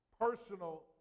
personal